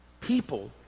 People